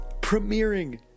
premiering